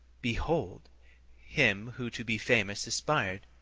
behold him who to be famous aspired.